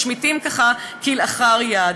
משמיטים ככה כלאחר יד?